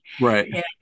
Right